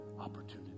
opportunity